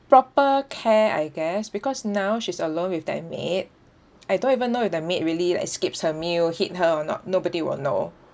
proper care I guess because now she's alone with that maid I don't even know if the maid really like skips her meal hit her or not nobody will know